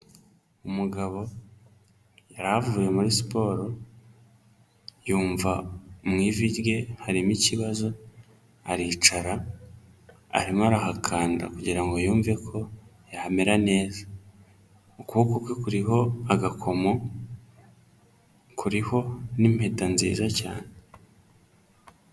Umugabo yari avuye muri siporo yumva mu ivi rye harimo ikibazo aricara, arimo arahakanda kugirango ngo yumve ko yamera neza. Ukuboko kwe kuriho agakomo, kuriho n'impeta nziza cyane.